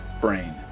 Brain